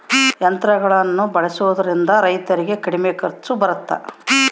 ಯಂತ್ರಗಳನ್ನ ಬಳಸೊದ್ರಿಂದ ರೈತರಿಗೆ ಕಡಿಮೆ ಖರ್ಚು ಬರುತ್ತಾ?